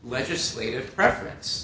legislative preference